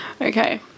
okay